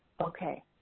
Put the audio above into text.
Okay